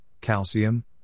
calcium